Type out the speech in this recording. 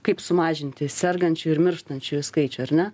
kaip sumažinti sergančiųjų ir mirštančiųjų skaičių ar ne